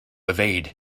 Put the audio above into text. evade